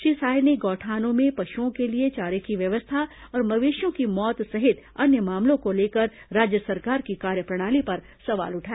श्री साय ने गौठानों में पशुओं के लिए चारे की व्यवस्था और मवेशियों की मौत सहित अन्य मामलों को लेकर राज्य सरकार की कार्यप्रणाली पर सवाल उठाए